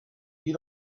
you